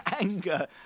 anger